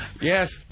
Yes